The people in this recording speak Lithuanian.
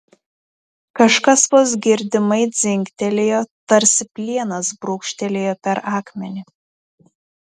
kažkas vos girdimai dzingtelėjo tarsi plienas brūkštelėjo per akmenį